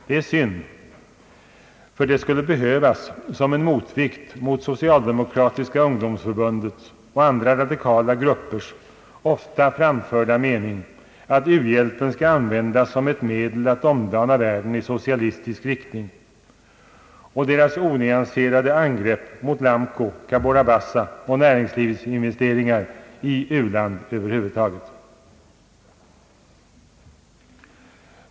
Det är synd, ty det skulle behövas som en motvikt mot socialdemokratiska ungdomsförbundets och andra radikala gruppers ofta framförda mening, att u-hjälpen skall användas som ett medel att omdana världen i socialistisk riktning och deras onyanserade angrepp mot Lamco, Cabora Bassa och näringslivsinvesteringar i u-land över huvud taget.